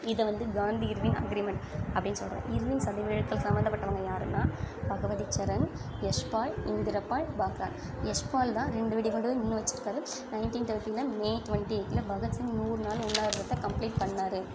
இதை வந்து Gandhi Irwin agreement அப்படின்னு சொல்கிறோம் இர்வின் சதி வழக்குல சம்மந்தப்பட்டவங்கள் யாருன்னால் பகவதிச்சரண் யஷ்பால் இந்திரபால் யஷ்பால் தான் ரெண்டு வெடிகுண்டையும் முன்னே வச்சிருக்கார் நைன்ட்டீன் தேர்ட்டில மே டொண்ட்டி எயிட்ல பகத்சிங் நூறு நாள் உண்ணாவிரதத்த கம்ப்ளீட் பண்ணார்